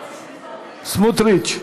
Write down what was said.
סמוטריץ,